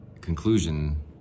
conclusion